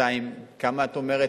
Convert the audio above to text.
כמה את אומרת?